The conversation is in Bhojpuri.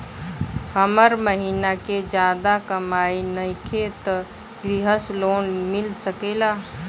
हमर महीना के ज्यादा कमाई नईखे त ग्रिहऽ लोन मिल सकेला?